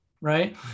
Right